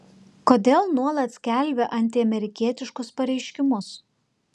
kodėl nuolat skelbia antiamerikietiškus pareiškimus